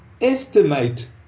estimate